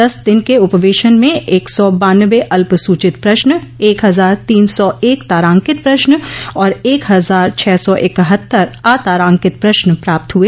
दस दिन के उपवेशन में एक सौ बान्नबें अल्पसूचित प्रश्न एक हजार तीन सौ एक तारांकित प्रश्न और एक हजार छह सो इक्हत्तर अतारांकित प्रश्न प्राप्त हुए